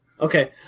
Okay